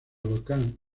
volcán